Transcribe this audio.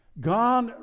God